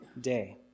day